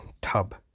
tub